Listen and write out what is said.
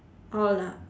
all lah